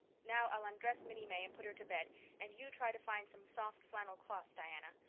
now, i'll undress minnie may and put her to bed and you try to find some soft flannel cloths, diana.